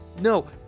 no